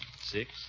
six